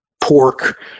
pork